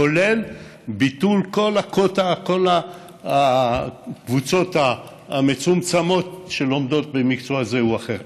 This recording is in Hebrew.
כולל ביטול כל הקבוצות המצומצמות שלומדות מקצוע זה או אחר.